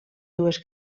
dues